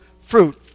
fruit